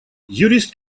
юрист